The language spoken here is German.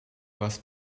was